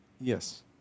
yes